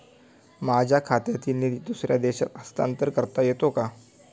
माझ्या खात्यातील निधी दुसऱ्या देशात हस्तांतर करता येते का?